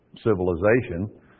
civilization